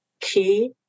key